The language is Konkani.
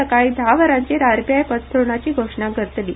सकाळीं धा वरांचेर आरबीआय पतधोरणाची घोशणा करतली